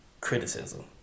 criticism